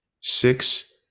six